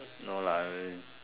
no lah